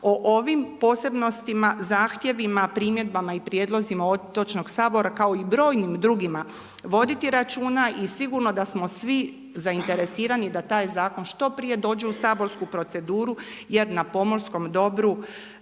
o ovim posebnostima, zahtjevima, primjedbama i prijedlozima Otočnog sabora kao i brojnim drugima voditi računa i sigurna sam da smo svi zainteresirani da taj zakon što prije dođe u saborsku proceduru, jer na pomorskom dobru